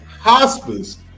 Hospice